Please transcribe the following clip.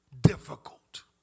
difficult